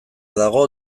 dago